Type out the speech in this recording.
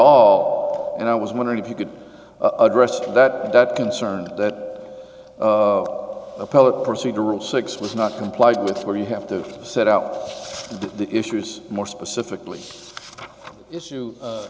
all and i was wondering if you could address that that concern that appellate procedural six was not complied with where you have to set out the issues more specifically issue